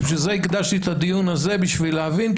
בגלל זה הקדשתי את הדיון הזה בשביל להבין,